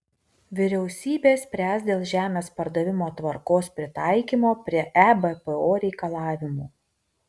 vyriausybė spręs dėl žemės pardavimo tvarkos pritaikymo prie ebpo reikalavimų